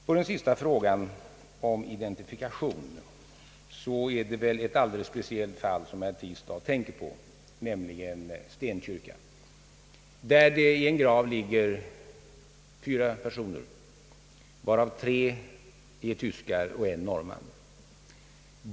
På den sista frågan om identifikation vill jag svara, att det väl här gäller ett alldeles speciellt fall som herr Tistad tänker på, nämligen Stenkyrka, där det i en grav ligger fyra personer, av vilka tre är tyskar och en norrman.